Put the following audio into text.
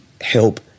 help